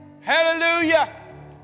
Hallelujah